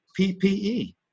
PPE